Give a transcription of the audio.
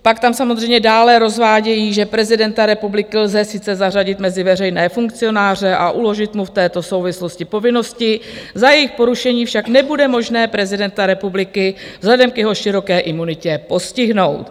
Pak tam samozřejmě dále rozvádějí, že prezidenta republiky lze sice zařadit mezi veřejné funkcionáře a uložit mu v této souvislosti povinnosti, za jejich porušení však nebude možné prezidenta republiky vzhledem k jeho široké imunitě postihnout.